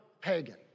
pagan